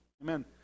Amen